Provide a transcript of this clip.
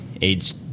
age